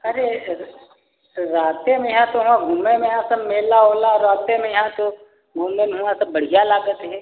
अरे रात मे तो वोहाँ घूमना वहाँ सब मेला ओला रात मइहा तो घूमने में हुआ सब बढ़िया लगता है